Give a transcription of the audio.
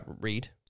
read